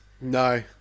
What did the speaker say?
no